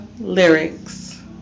lyrics